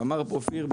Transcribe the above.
אמר כאן אופיר,